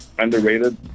Underrated